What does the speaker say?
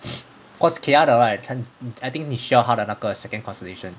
cause kaeya 的 right err I think 你需要他的那个 second constellation